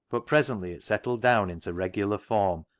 but presently it settled down into regular form,